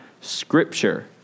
Scripture